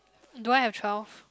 do I have twelve